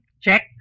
Check